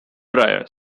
dryer